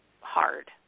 hard